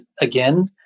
again